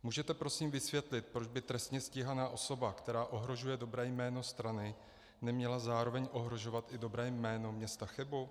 Můžete prosím vysvětlit, proč by trestně stíhaná osoba, která ohrožuje dobré jméno strany, neměla zároveň ohrožovat i dobré jméno města Chebu?